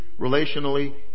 relationally